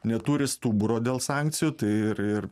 neturi stuburo dėl sankcijų tai ir ir